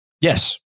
Yes